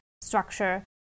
structure